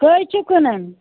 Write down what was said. کٔہۍ چھِو کٕنان